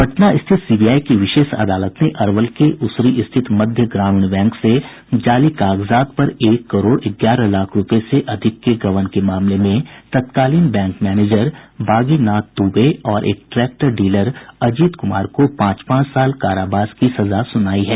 पटना स्थित सीबीआई की विशेष अदालत ने अरवल के उसरी स्थित मध्य ग्रामीण बैंक से जाली कागजात पर एक करोड़ ग्यारह लाख रूपये से अधिक के गबन के मामले में तत्कालीन बैंक मैनेजर बागी नाथ दुबे और एक ट्रैक्टर डीलर अजित कुमार को पांच पांच साल कारावास की सजा सुनाई है